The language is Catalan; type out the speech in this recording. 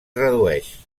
redueix